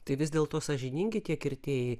tai vis dėl to sąžiningi tie kirtėjai